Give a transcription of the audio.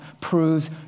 proves